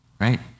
Right